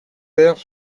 airs